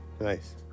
Nice